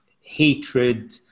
hatred